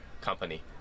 company